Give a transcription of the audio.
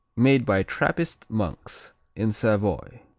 made by trappist monks in savoy.